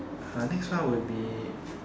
uh next one would be